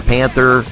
Panther